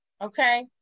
okay